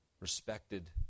respected